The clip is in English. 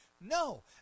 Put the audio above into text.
No